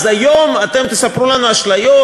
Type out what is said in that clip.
אז היום אתם תספרו לנו אשליות,